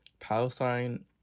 Palestine